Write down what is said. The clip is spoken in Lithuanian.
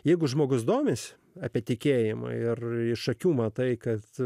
jeigu žmogus domisi apie tikėjimą ir iš akių matai kad